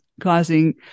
causing